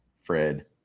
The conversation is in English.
Fred